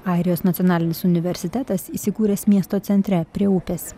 airijos nacionalinis universitetas įsikūręs miesto centre prie upės